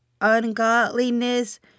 ungodliness